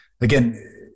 again